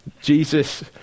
Jesus